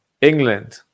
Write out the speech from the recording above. England